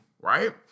right